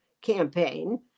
campaign